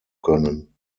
können